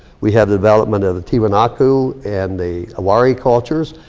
we have development of tiwanaku and the wari cultures.